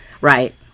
Right